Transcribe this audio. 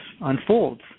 unfolds